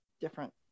different